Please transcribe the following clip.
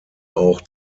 auch